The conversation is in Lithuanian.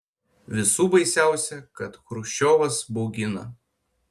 visų baisiausia kad chruščiovas baugina